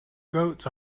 goats